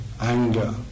Anger